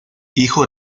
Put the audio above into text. hijo